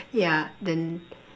yeah then